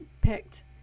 picked